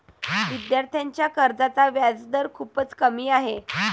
विद्यार्थ्यांच्या कर्जाचा व्याजदर खूपच कमी आहे